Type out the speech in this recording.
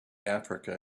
africa